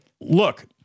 look